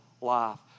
life